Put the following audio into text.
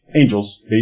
angels